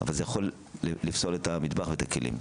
אבל זה יכול לפסול את המטבח ואת הכלים.